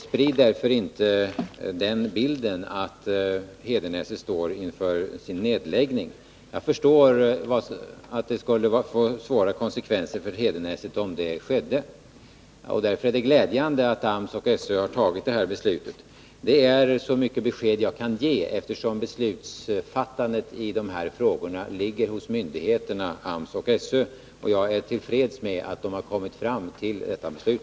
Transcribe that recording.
Sprid därför inte bilden att riksyrkesskolan i Hedenäset står inför en nedläggning. Jag förstår att det skulle få svåra konsekvenser för Hedenäset om det skedde. Därför är det glädjande att AMS och SÖ har fattat detta beslut. Det är så mycket besked jag kan ge, eftersom beslutsfattandet i dessa frågor ligger hos myndigheterna AMS och SÖ. Jag är till freds med att de kommit fram till detta beslut.